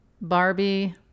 Barbie